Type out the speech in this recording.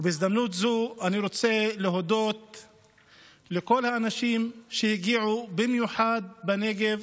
ובהזדמנות זו אני רוצה להודות לכל האנשים שהגיעו במיוחד מהנגב